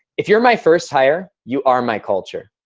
if you're my first hire, you are my culture.